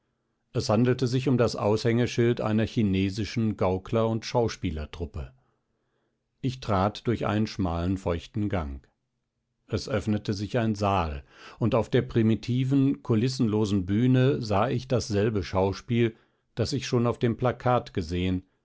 es handelte sich um das aushängeschild einer chinesischen gaukler oder schauspielertruppe ich trat durch einen schmalen feuchten gang es öffnete sich ein saal und auf der primitiven kulissenlosen bühne sah ich dasselbe schauspiel das ich schon auf dem plakat gesehen